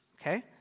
okay